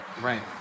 Right